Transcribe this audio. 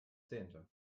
zehnte